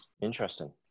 interesting